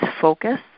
focus